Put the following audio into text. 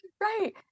Right